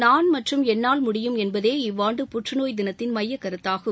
நான் மற்றும் என்னால் முடியும் என்பதே இவ்வாண்டு புற்றநோய் தினத்தின் மைய கருத்தாகும்